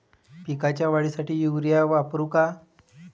पिकाच्या वाढीसाठी युरिया वापरू का?